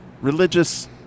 religious